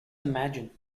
imagine